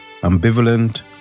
ambivalent